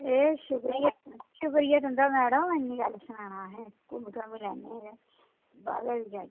एह् शुक्रिया म्हाराज तुदा इन्नी गल्ल सनाने दा असेंगी